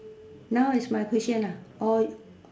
now is my question ah or